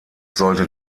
sollte